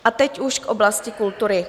A teď už k oblasti kultury.